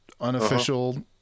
unofficial